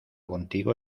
contigo